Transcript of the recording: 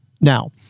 Now